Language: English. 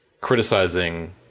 criticizing